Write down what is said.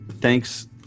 thanks